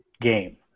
game